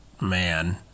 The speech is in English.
man